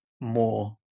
more